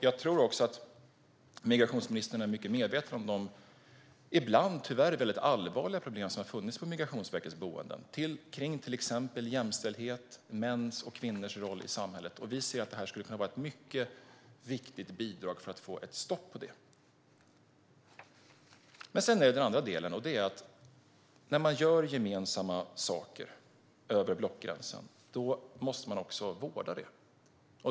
Jag tror också att migrationsministern är väl medveten om de ibland tyvärr allvarliga problem som har funnits på Migrationsverkets boenden när det gäller till exempel jämställdhet och mäns och kvinnors roll i samhället. Vi ser att detta skulle kunna vara ett viktigt bidrag för att få stopp på det. När man gör gemensamma saker över blockgränsen måste man vårda dem.